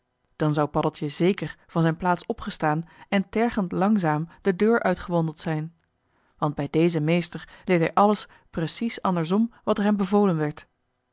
dan zou paddeltje zéker van zijn plaats opgestaan en tergend langzaam de deur uitgewandeld zijn want bij dezen meester deed hij alles precies andersom wat er hem bevolen werd